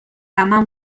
عمم